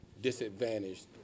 disadvantaged